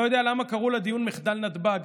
לא יודע למה קראו לדיון "מחדל נתב"ג".